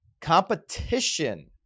competition